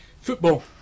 Football